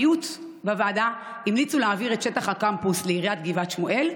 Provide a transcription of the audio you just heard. המיעוט בוועדה המליצו להעביר את שטח הקמפוס לעיריית גבעת שמואל.